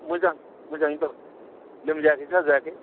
मोजां मोजाङै दं लोमजायाखै साजायाखै